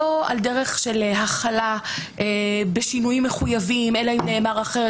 לא על דרך של החלה בשינויים מחויבים אלא אם נאמר אחרת,